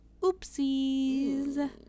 Oopsies